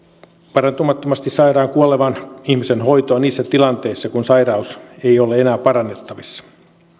parantumattomasti sairaan kuolevan ihmisen hoitoa niissä tilanteissa kun sairaus ei ole enää parannettavissa